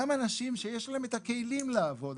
גם אנשים שיש להם הכלים לעבוד,